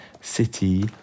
city